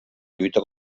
lluita